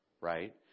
right